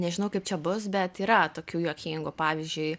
nežinau kaip čia bus bet yra tokių juokingų pavyzdžiui